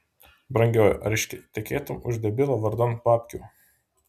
brangioji ar ištekėtumei už debilo vardan babkių